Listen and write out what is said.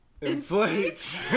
Inflate